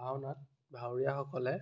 ভাওনাত ভাৱৰীয়াসকলে